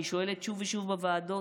אני שואלת שוב ושוב בוועדות